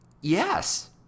Yes